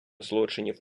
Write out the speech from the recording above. злочинів